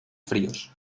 fríos